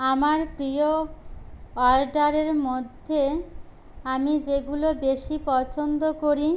আমার প্রিয় অর্ডারের মধ্যে আমি যেগুলো বেশি পছন্দ করি